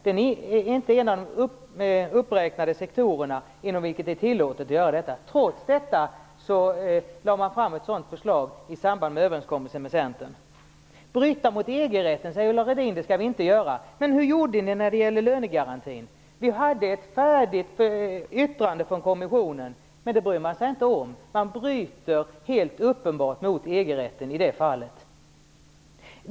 Den är inte en av de uppräknade sektorer inom vilka det är tillåtet att göra detta. Trots detta lade man fram ett sådant förslag i samband med överenskommelsen med Centern. Ulla Rudin sade att vi inte skall bryta mot EG rätten. Men hur gjorde ni när det gällde lönegarantin? Det fanns ett färdigt yttrande från kommissionen, men det brydde man sig inte om. Man bryter helt uppenbart mot EG-rätten i det fallet.